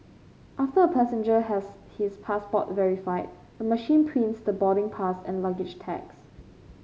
after a passenger has his passport verified the machine prints the boarding pass and luggage tags